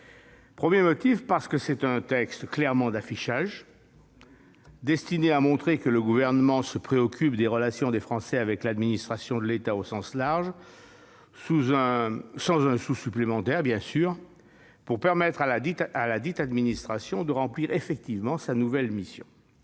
Tout d'abord, parce que ce texte clairement d'affichage était destiné à montrer que le Gouvernement se préoccupe des relations des Français avec l'administration de l'État au sens large, sans un sou supplémentaire, bien sûr, pour permettre à ladite administration de remplir effectivement sa nouvelle mission